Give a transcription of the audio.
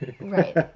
right